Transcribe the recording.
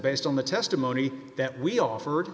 based on the testimony that we offered